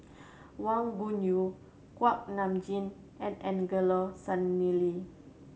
Wang Gungwu Kuak Nam Jin and Angelo Sanelli